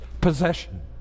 possession